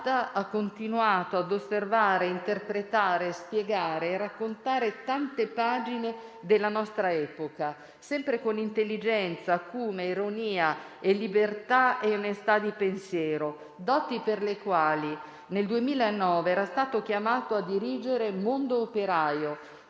ha continuato a osservare, interpretare, spiegare e raccontare tante pagine della nostra epoca, sempre con intelligenza, acume, ironia, libertà e onestà di pensiero, doti per le quali nel 2009 era stato chiamato a dirigere «Mondoperaio»,